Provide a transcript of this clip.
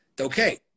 Okay